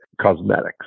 cosmetics